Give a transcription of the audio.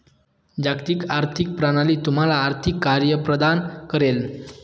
जागतिक आर्थिक प्रणाली तुम्हाला आर्थिक कार्ये प्रदान करेल